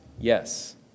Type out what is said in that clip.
Yes